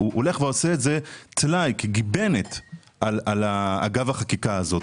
הוא הולך ועושה כגיבנת אגב החקיקה הזאת.